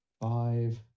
five